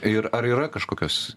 ir ar yra kažkokios